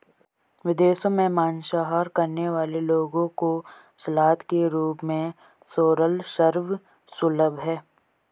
विदेशों में मांसाहार करने वाले लोगों को सलाद के रूप में सोरल सर्व सुलभ है